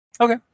Okay